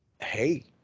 Hey